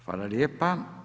Hvala lijepa.